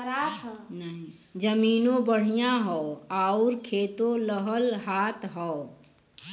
जमीनों बढ़िया हौ आउर खेतो लहलहात हौ